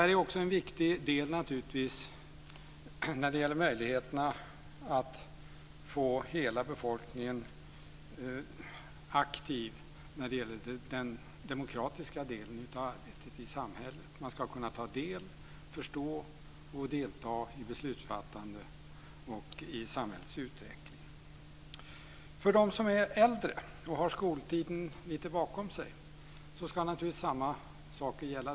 Det är också en viktig del när det gäller möjligheten att få hela befolkningen aktiv. Det handlar om den demokratiska delen av samhället. Man ska kunna ta del i och förstå beslutsfattandet och samhällets utveckling. Samma sak ska gälla för dem som är lite äldre och har skoltiden bakom sig.